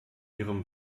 ihrem